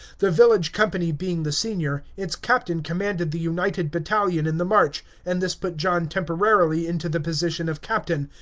the village company being the senior, its captain commanded the united battalion in the march, and this put john temporarily into the position of captain,